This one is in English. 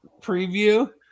preview